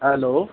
hello